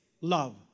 love